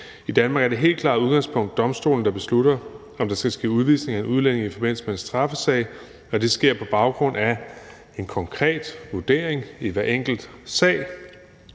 I Danmark er det som det helt klare udgangspunkt domstolene, der beslutter, om der skal ske udvisning af en udlænding i forbindelse med en straffesag, og det sker på baggrund af en konkret vurdering i hver enkelt sag.